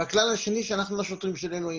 הכלל השני הוא שאנחנו לא שוטרים של אלוהים.